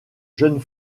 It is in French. jeune